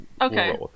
okay